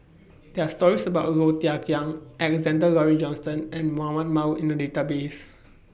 There Are stories about Low Thia Khiang Alexander Laurie Johnston and Mahmud Ahmad in The Database